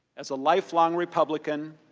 as a lifelong republican,